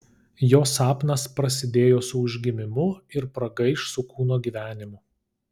jo sapnas prasidėjo su užgimimu ir pragaiš su kūno gyvenimu